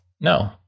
no